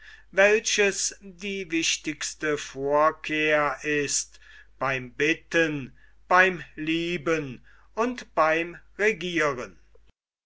welches die wichtigste vorkehr ist beim bitten beim lieben und beim regieren